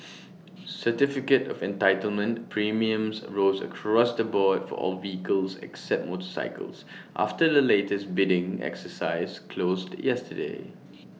certificate of entitlement premiums rose across the board for all vehicles except motorcycles after the latest bidding exercise closed yesterday